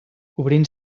obrint